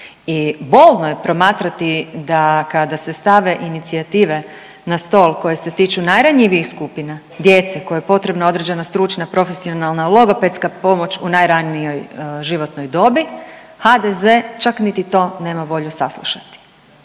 i bolno je promatrati da kada se stave inicijative na stol koje se tiču najranjivijih skupina djece koje je potrebno određena stručna profesionalna logopedska pomoć u najranijoj životnoj dobi, HDZ čak niti to nema volju saslušati.